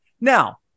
Now